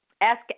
Ask